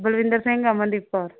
Balwinder Singh Amandeep Kaur